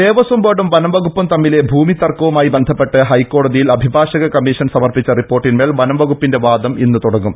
ദേവസം ബോർഡും വനം വകുപ്പും തമ്മിലെ ഭൂമി തർക്കവുമായി ബന്ധപ്പെട്ട് ഹൈക്കോടതിയിൽ അഭിഭാഷക കമ്മീഷൻ സമർപ്പിച്ച റിപ്പോർട്ടിൻമേൽ വനം വകുപ്പിന്റെ വാദം ഇന്ന് തുടങ്ങും